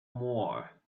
more